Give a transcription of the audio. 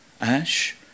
Ash